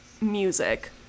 music